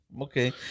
Okay